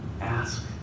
Ask